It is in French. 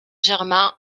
germain